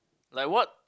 like what